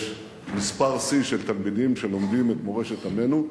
אבל יש מספר שיא של תלמידים שלומדים את מורשת עמנו,